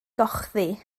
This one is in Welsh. gochddu